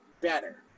better